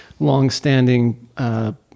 Long-standing